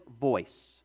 voice